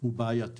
הוא בעייתי